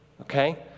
Okay